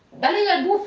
nelli and